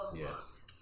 Yes